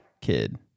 kid